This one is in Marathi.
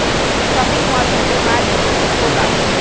शॉपिंग मॉलमध्ये माल विकू शकतो का?